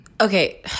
Okay